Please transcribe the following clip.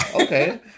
okay